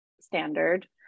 standard